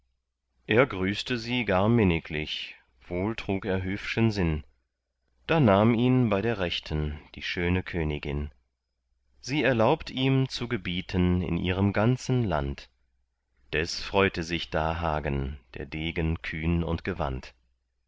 er grüßte sie gar minniglich wohl trug er höfschen sinn da nahm ihn bei der rechten die schöne königin sie erlaubt ihm zu gebieten in ihrem ganzen land des freute sich da hagen der degen kühn und